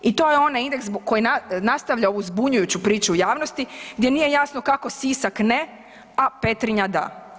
I to je onaj indeks koji nastavlja ovu zbunjujuću priču u javnosti gdje nije jasno kako Sisak ne, a Petrinja da.